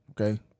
Okay